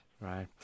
Right